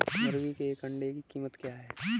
मुर्गी के एक अंडे की कीमत क्या है?